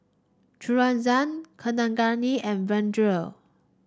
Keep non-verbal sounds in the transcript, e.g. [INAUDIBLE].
[UNINTELLIGIBLE] Kaneganti and Vedre